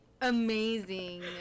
amazing